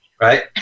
Right